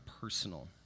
personal